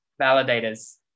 validators